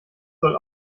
soll